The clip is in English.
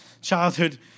childhood